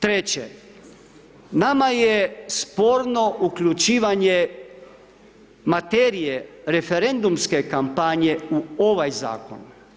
Treće, nama je sporno uključivanje materije referendumske kampanje u ovaj Zakon.